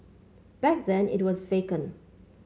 back then it was vacant